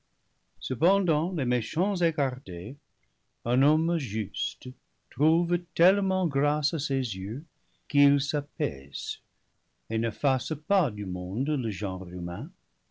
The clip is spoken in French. cependant les méchants écartés un homme juste trouve tellement grâce à ses yeux qu'il s'apaise et n'efface pas du monde le genre